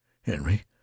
henry